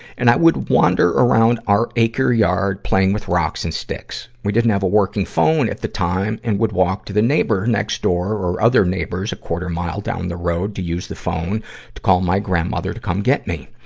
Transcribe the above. and i would wander around our acre yard, playing with rocks and sticks. we didn't have a working phone at the time, and would walk to the neighbor next door or other neighbors a quarter-mile down the road to use the phone to call my grandmother to come get me.